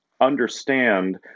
understand